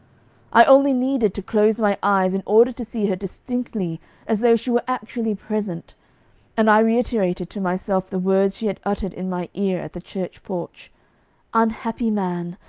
i only needed to close my eyes in order to see her distinctly as though she were actually present and i reiterated to myself the words she had uttered in my ear at the church porch unhappy man!